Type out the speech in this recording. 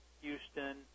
Houston